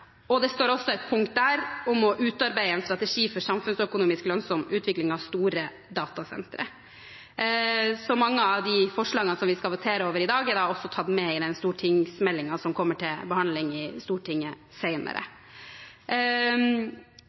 Det står også et punkt der om å utarbeide en strategi for samfunnsøkonomisk lønnsom utvikling av store datasentre. Mange av de forslagene vi skal votere over i dag, er tatt med i den stortingsmeldingen som kommer til behandling i Stortinget